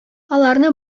аларны